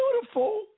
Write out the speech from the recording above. beautiful